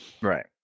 right